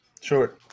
Sure